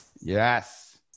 Yes